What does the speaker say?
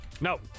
No